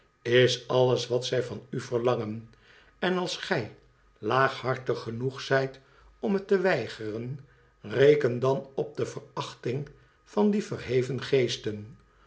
is alles wat zij van u verlangen en als gij laaghartig genoeg zijt om het te weigeren reken dan op de verachting van die verheven geesten